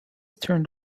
turned